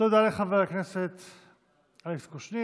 תודה לחבר הכנסת אלכס קושניר.